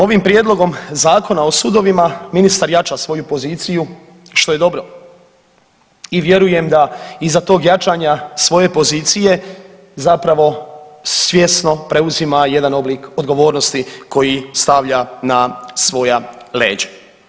Ovim prijedlogom Zakona o sudovima ministar jača svoju poziciju što je dobro i vjerujem da iza tog jačanja svoje pozicije zapravo svjesno preuzima jedan oblik odgovornosti koji stavlja na svoja leđa.